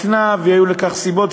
והיו לכך סיבות,